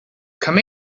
come